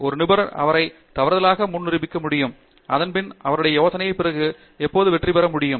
ஒரு நிபுணர் அவரை தவறுதலாக முன் நிரூபிக்க முடியும் அதன்பின் அவருடைய யோசனைக்கு பிறகு எப்போதும் வெற்றிபெற முடியும்